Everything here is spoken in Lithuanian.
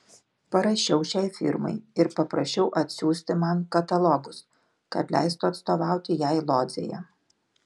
parašiau šiai firmai ir paprašiau atsiųsti man katalogus kad leistų atstovauti jai lodzėje